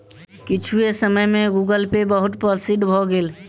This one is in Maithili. किछुए समय में गूगलपे बहुत प्रसिद्ध भअ भेल